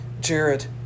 jared